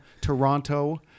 Toronto